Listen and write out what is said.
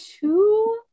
two